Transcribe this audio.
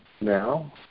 now